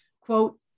Quote